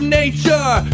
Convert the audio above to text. nature